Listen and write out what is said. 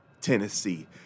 Tennessee